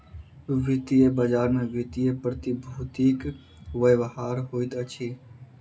वित्तीय बजार में वित्तीय प्रतिभूतिक व्यापार होइत अछि